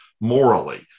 morally